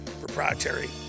proprietary